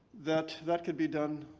that that could be done